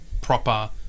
proper